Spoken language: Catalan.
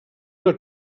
una